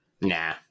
Nah